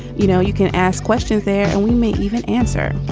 you know, you can ask questions there and we may even answer.